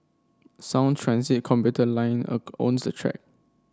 Sound Transit commuter line own the track